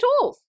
tools